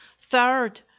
third